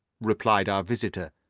replied our visitor,